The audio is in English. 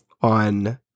on